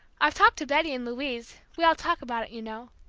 i've talked to betty and louise we all talk about it, you know.